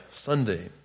Sunday